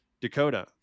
Dakota